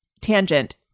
tangent